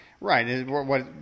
Right